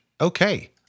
Okay